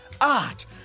Art